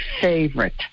favorite